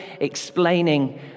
explaining